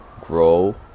grow